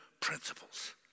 principles